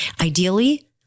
Ideally